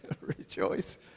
Rejoice